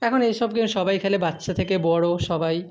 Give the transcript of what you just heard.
এখন এইসব গেম সবাই খেলে বাচ্ছা থেকে বড়ো সবাই